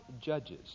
judges